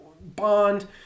Bond